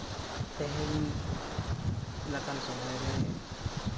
ᱛᱤᱦᱤᱧ ᱞᱮᱠᱟᱱ ᱥᱚᱢᱚᱭ ᱨᱮ